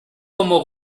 como